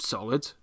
Solid